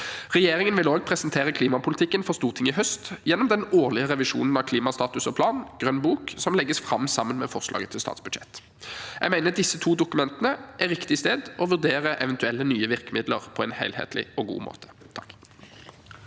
Regjeringen vil også presentere klimapolitikken for Stortinget i høst gjennom den årlige revisjonen av klimastatus og -plan, Grønn bok, som legges fram sammen med forslaget til statsbudsjett. Jeg mener at disse to dokumentene er riktige steder å vurdere eventuelle nye virkemidler på en helhetlig og god måte. Hans